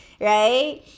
right